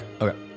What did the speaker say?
Okay